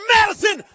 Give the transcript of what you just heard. Madison